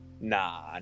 Nah